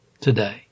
today